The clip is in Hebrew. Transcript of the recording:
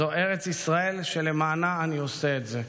זאת ארץ ישראל שלמענה אני עושה את זה.